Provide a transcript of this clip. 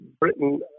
Britain